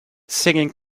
singing